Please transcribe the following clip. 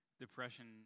Depression